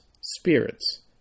spirits